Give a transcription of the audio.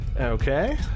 Okay